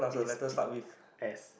it's P_S